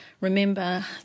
remember